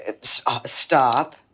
stop